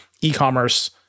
e-commerce